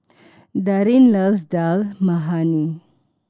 Darrin loves Dal Makhani